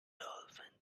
dolphins